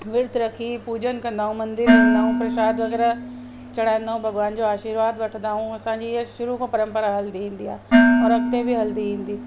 वृत रखी पूजन कंदा आहियूं मंदरु वेंदा आहियूं परसाद वग़ैरह चढ़ाईंदा आहियूं भॻवान जो आशीर्वाद वठंदा आहियूं असांजी ईअं शुरू खां परम्परा हलंदी ईंदी आहे और अॻिते बि हलंदी ईंदी